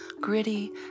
gritty